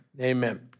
Amen